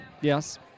Yes